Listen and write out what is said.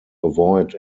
avoid